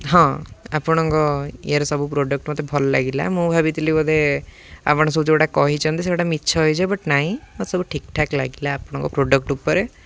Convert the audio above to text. ହଁ ଆପଣଙ୍କ ୟାର ସବୁ ପ୍ରଡ଼କ୍ଟ ମୋତେ ଭଲ ଲାଗିଲା ମୁଁ ଭାବିଥିଲି ବୋଧେ ଆପଣ ସବୁ ଯେଉଁଟା କହିଚନ୍ତି ସେଗୁଡ଼ା ମିଛ ହେଇଥିବ ବଟ୍ ନାହିଁ ସବୁ ଠିକ୍ ଠାକ୍ ଲାଗିଲା ଆପଣଙ୍କ ପ୍ରଡ଼କ୍ଟ ଉପରେ